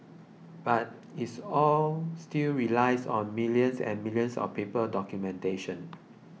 but it all still relies on millions and millions of paper documentation